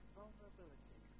vulnerability